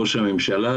ראש הממשלה,